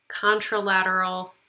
contralateral